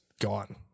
gone